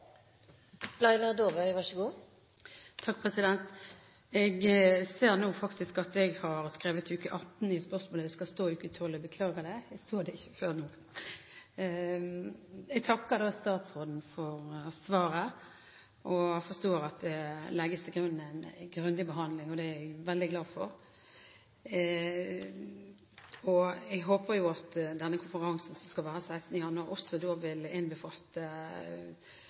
Jeg ser nå at jeg har skrevet uke 18 i spørsmålet, det skal stå uke 12 – jeg beklager det. Jeg så det ikke før nå. Jeg takker statsråden for svaret og forstår at det legges til grunn en grundig behandling. Det er jeg veldig glad for. Jeg håper at den konferansen som skal være 16. januar, også vil innbefatte